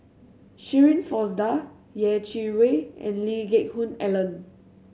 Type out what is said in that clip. Shirin Fozdar Yeh Chi Wei and Lee Geck Hoon Ellen